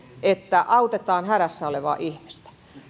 että autetaan hädässä olevaa ihmistä